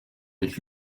avec